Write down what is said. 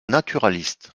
naturalistes